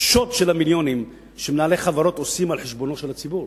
בשוד של המיליונים שמנהלי חברות עושים על חשבונו של הציבור.